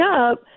up